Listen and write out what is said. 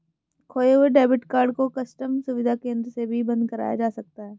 खोये हुए debit card को कस्टम सुविधा केंद्र से भी बंद कराया जा सकता है